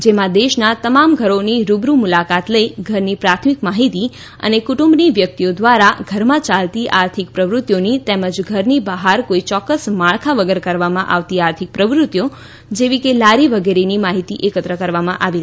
જેમાં દેશના તમામ ઘરોની રૂબરૂ મુલાકાત લઇ ઘરની પ્રાથમિક માહિતી અને કુટુંબની વ્યક્તિઓ દ્વારા ઘરમાં ચાલતી આર્થિક પ્રવૃત્તિઓની તેમજ ઘરની બહાર કોઇ ચોક્કસ માળખા વગર કરવામાં આવતી આર્થિક પ્રવૃત્તિઓ જેવી કે લારી વગેરેની માહિતી એકત્રિત કરવામાં આવી રહી છે